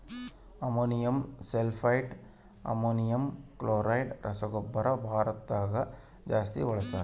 ammonium sulphate, ammonium chloride ರಸಗೊಬ್ಬರನ ಭಾರತದಗ ಜಾಸ್ತಿ ಬಳಸ್ತಾರ